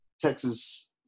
Texas